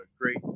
great